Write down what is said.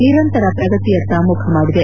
ನಿರಂತರ ಪ್ರಗತಿಯತ್ತ ಮುಖ ಮಾಡಿದೆ